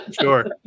Sure